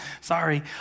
sorry